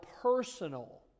personal